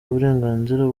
uburenganzira